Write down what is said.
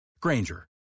granger